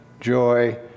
joy